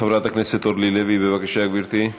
חברת הכנסת אורלי לוי, בבקשה, גברתי.